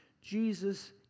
Jesus